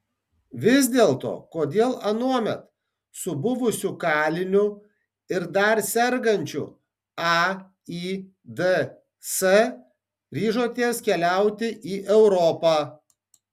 vis dėlto kodėl anuomet su buvusiu kaliniu ir dar sergančiu aids ryžotės keliauti į europą